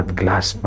glass